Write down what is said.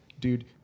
Dude